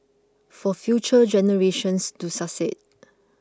for future generations to succeed